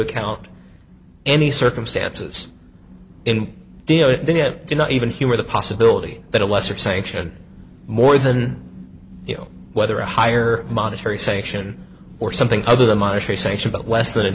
account any circumstances in deal when it did not even humor the possibility that a lesser sanction more than you know whether a higher monetary sanction or something other than my face h about less than a